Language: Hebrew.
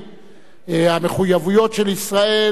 המחויבויות של ישראל או ההתייחסות,